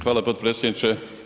Hvala potpredsjedniče.